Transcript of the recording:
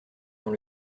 dans